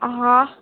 હા